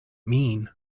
mean